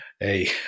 Hey